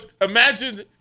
imagine